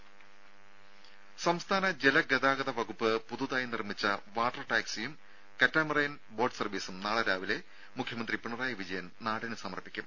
ദ്ദേ സംസ്ഥാന ജലഗതാഗത വകുപ്പ് പുതുതായി നിർമ്മിച്ച വാട്ടർ ടാക്സിയും കാറ്റാമറൈൻ ബോട്ട് സർവ്വീസും നാളെ രാവിലെ മുഖ്യമന്ത്രി പിണറായി വിജയൻ നാടിന് സമർപ്പിക്കും